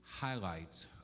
highlights